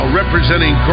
representing